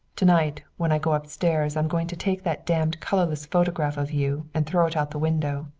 to-night when i go upstairs i'm going to take that damned colorless photograph of you and throw it out the window.